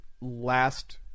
last